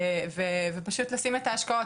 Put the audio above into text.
ופשוט לשים את ההשקעות.